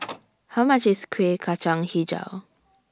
How much IS Kueh Kacang Hijau